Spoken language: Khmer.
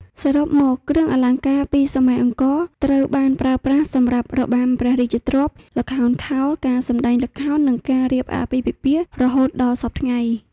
សរុបមក គ្រឿងអលង្ការពីសម័យអង្គរត្រូវបានប្រើប្រាស់សម្រាប់របាំព្រះរាជទ្រព្យ ល្ខោនខោល ការសម្តែងល្ខោននិងការរៀបអាពាហ៍ពិពាហ៍រហូតដល់សព្វថ្ងៃ។